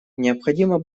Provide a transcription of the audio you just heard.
необходимо